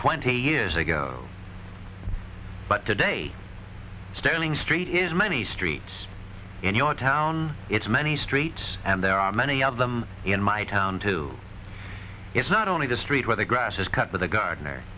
twenty years ago but today sterling street is many streets in your town it's many streets and there are many of them in my town too it's not only the street where the grass is cut with a gardener